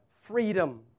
freedom